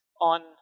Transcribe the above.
on